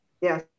Yes